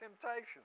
temptation